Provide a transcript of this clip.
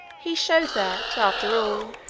he showed that, after all,